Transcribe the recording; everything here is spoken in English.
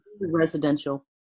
Residential